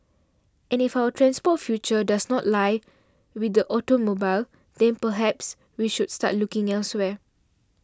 and if our transport future does not lie with the automobile then perhaps we should start looking elsewhere